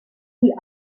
sie